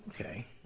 Okay